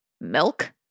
Milk